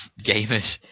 gamers